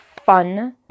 fun